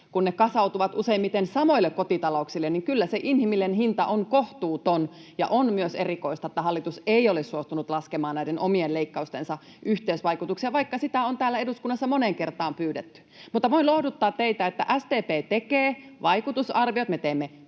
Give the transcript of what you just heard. jotka kasautuvat useimmiten samoille kotitalouksille, niin kyllä se inhimillinen hinta on kohtuuton. On myös erikoista, että hallitus ei ole suostunut laskemaan näiden omien leikkaustensa yhteisvaikutuksia, vaikka sitä on täällä eduskunnassa moneen kertaan pyydetty. Mutta voin lohduttaa teitä, että SDP tekee vaikutusarviot. Me teemme